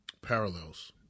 parallels